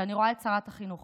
את שרת החינוך